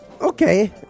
okay